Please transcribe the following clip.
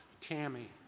Tammy